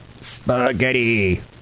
spaghetti